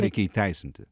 reikia įteisinti